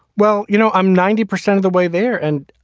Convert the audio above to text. well, you know, i'm ninety percent of the way there. and,